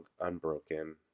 unbroken